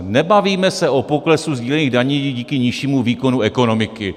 Nebavíme se o poklesu sdílených daní díky nižšímu výkonu ekonomiky.